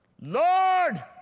Lord